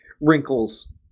wrinkles